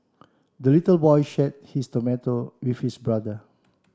the little boy shared his tomato with his brother